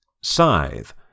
Scythe